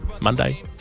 Monday